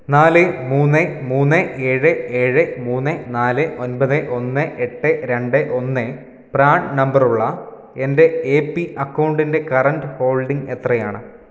നാല് മൂന്ന് മൂന്ന് ഏഴ് ഏഴ് മൂന്ന് നാല് ഒൻപത് ഒന്ന് എട്ട് രണ്ട് ഒന്ന് പ്രാൻ നമ്പർ ഉള്ള എൻ്റെ എ പി അക്കൗണ്ടിൻ്റെ കറൻറ് ഹോൾഡിംഗ് എത്രയാണ്